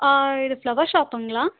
இது ஃப்ளவர் ஷாப்புங்களா